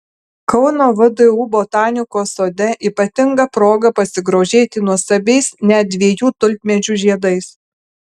kauno vdu botanikos sode ypatinga proga pasigrožėti nuostabiais net dviejų tulpmedžių žiedais